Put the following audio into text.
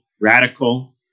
radical